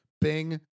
Bing